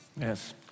Yes